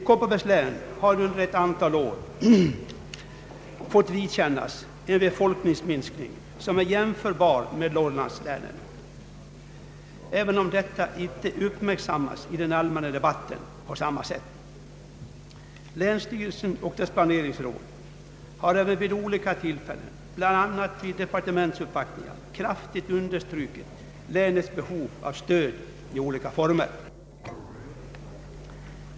Kopparbergs län har under ett antal år fått vidkännas en befolkningsminskning som är jämförbar med Norrlandslänens, även om detta inte uppmärksammats på samma sätt i den allmänna debatten. Länsstyrelsen och dess planeringsråd har även vid olika tillfällen — bl.a. vid departementsuppvaktningar — kraftigt understrukit länets behov av stöd i olika former.